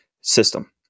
system